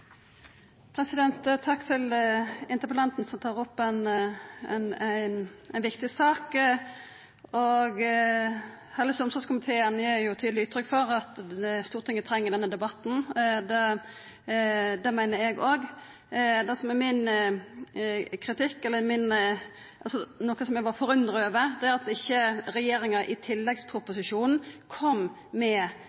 på. Takk til interpellanten som tar opp ei viktig sak. Helse- og omsorgskomiteen gir tydeleg uttrykk for at Stortinget treng denne debatten. Det meiner eg òg. Det som er min kritikk, eller noko eg er forundra over, er at ikkje regjeringa i